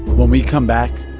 when we come back,